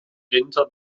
winter